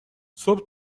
صبح